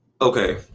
okay